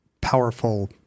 powerful